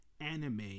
anime